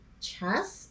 chess